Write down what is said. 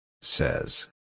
Says